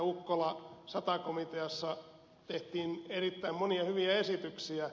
ukkola sata komiteassa tehtiin erittäin monia hyviä esityksiä